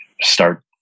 start